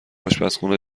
اشپزخونه